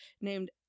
named